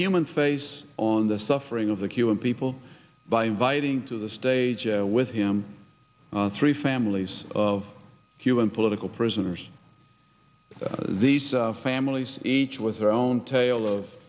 human face on the suffering of the cuban people by inviting to the stage with him three families of human political prisoners these families each with their own tale of